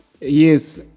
yes